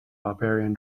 barbarian